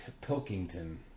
pilkington